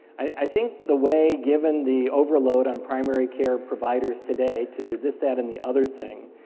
i think the way, given the overload on primary care providers today, to do this, that and the other thing,